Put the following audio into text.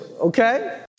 Okay